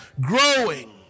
growing